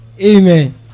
amen